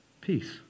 Peace